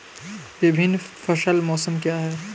विभिन्न फसल मौसम क्या हैं?